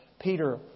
Peter